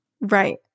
Right